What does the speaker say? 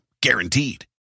Guaranteed